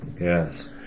Yes